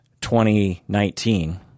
2019